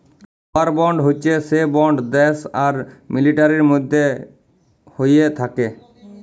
war bond হচ্যে সে bond দ্যাশ আর মিলিটারির মধ্যে হ্য়েয় থাক্যে